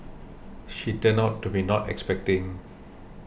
she turned out to be not expecting